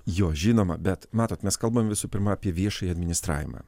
jo žinoma bet matot mes kalbam visų pirma apie viešąjį administravimą